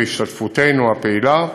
בהשתתפותנו הפעילה,